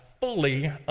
Fully